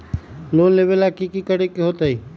Loan लेबे ला की कि करे के होतई?